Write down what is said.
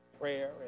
prayer